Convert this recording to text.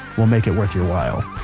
we'll make it worth your while,